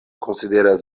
konsideras